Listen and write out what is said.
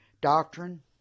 doctrine